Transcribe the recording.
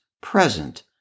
present